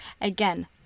Again